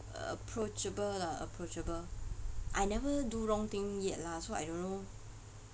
uh approachable lah approachable I never do wrong thing yet lah so I don't know